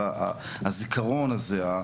על הזיכרון הזה,